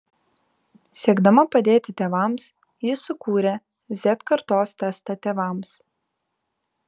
siekdama padėti tėvams ji sukūrė z kartos testą tėvams